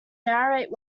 narrate